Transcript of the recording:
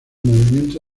movimiento